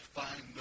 find